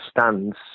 stands